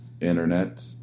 Internet